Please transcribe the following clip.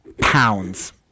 pounds